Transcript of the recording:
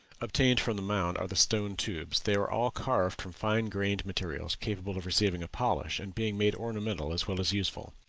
obtained from the mounds are the stone tubes. they are all carved from fine-grained materials, capable of receiving a polish, and being made ornamental as well as useful.